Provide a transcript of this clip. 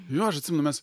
jo aš atsimenu mes